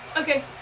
Okay